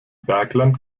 bergland